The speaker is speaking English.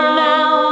now